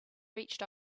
reached